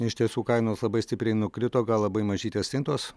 iš tiesų kainos labai stipriai nukrito gal labai mažytės stintos